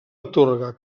atorga